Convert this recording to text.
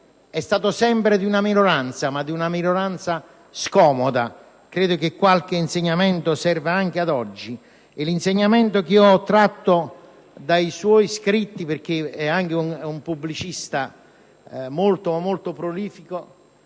È stato sempre parte di una minoranza, ma di una minoranza scomoda. Credo che qualche suo insegnamento serva anche oggi. L'insegnamento che ho tratto dai suoi scritti (è stato anche un pubblicista molto prolifico)